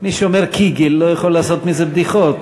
מי שאומר "קיגל" לא יכול לעשות מזה בדיחות.